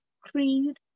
creed